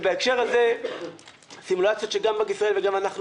בהקשר הזה סימולציות שגם בנק ישראל וגם אנחנו